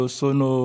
sono